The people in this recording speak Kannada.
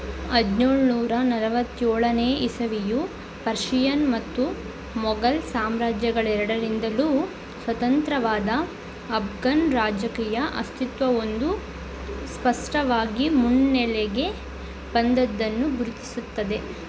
ಹದಿನೇಳು ನೂರಾ ನಲ್ವತ್ತೇಳನೇ ಇಸವಿಯು ಪರ್ಷಿಯನ್ ಮತ್ತು ಮೊಘಲ್ ಸಾಮ್ರಾಜ್ಯಗಳೆರಡರಿಂದಲೂ ಸ್ವತಂತ್ರವಾದ ಅಪ್ಗನ್ ರಾಜಕೀಯ ಅಸ್ತಿತ್ವವೊಂದು ಸ್ಪಷ್ಟವಾಗಿ ಮುನ್ನೆಲೆಗೆ ಬಂದದ್ದನ್ನು ಗುರುತಿಸುತ್ತದೆ